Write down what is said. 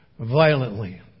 violently